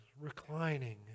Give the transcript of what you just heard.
reclining